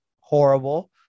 horrible